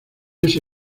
ese